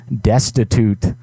destitute